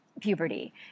puberty